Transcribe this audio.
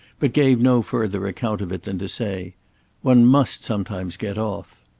but gave no further account of it than to say one must sometimes get off.